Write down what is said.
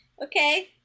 Okay